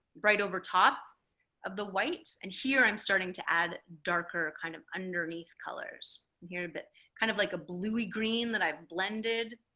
right over top of the white and here i'm starting to add darker kind of underneath colors here but kind of like a bluey green that i've blended